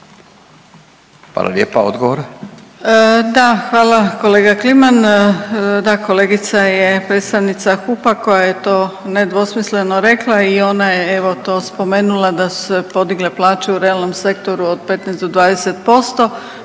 Hvala lijepa. Odgovor.